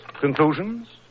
Conclusions